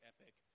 epic